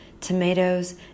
tomatoes